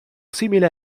simile